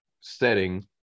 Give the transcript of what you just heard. setting